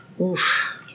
Oof